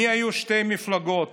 מי היו שתי המפלגות